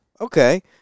Okay